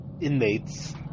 Inmates